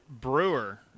Brewer